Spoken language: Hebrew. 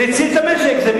בחייך.